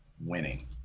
winning